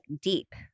deep